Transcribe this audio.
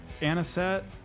Anaset